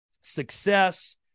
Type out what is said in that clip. success